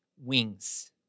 wings